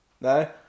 No